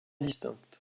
distincte